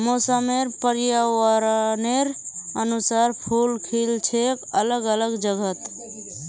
मौसम र पर्यावरनेर अनुसार फूल खिल छेक अलग अलग जगहत